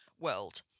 world